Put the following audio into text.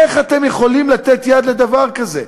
איך אתם יכולים לתת יד לדבר כזה?